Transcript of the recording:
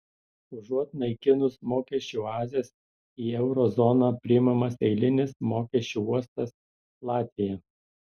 užuot naikinus mokesčių oazes į euro zoną priimamas eilinis mokesčių uostas latvija